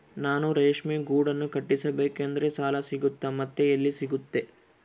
ನಾನು ರೇಷ್ಮೆ ಗೂಡನ್ನು ಕಟ್ಟಿಸ್ಬೇಕಂದ್ರೆ ಸಾಲ ಸಿಗುತ್ತಾ ಮತ್ತೆ ಎಲ್ಲಿ ಸಿಗುತ್ತೆ?